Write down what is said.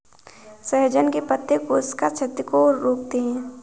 सहजन के पत्ते कोशिका क्षति को रोकते हैं